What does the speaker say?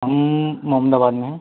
हम मोहम्दाबाद में हैं